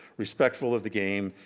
respectful of the game,